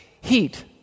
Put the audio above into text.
heat